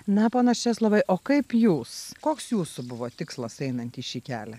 na ponas česlovai o kaip jūs koks jūsų buvo tikslas einant į šį kelią